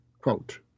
Quote